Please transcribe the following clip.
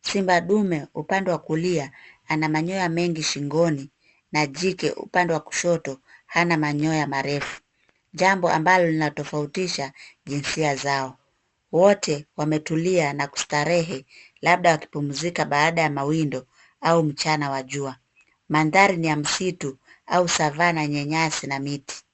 Simba dume upande wa kulia ana manyoya mengi shingoni na jike upande wa kushoto hana manyoya marefu, jambo ambalo linalotofautisha jinsia zao. Wote wametulia na kustarehe labda wakipumzika baada ya mawindo au mchana wa jua. Mandhari ni ya msitu au savanna yenye nyasi na miti.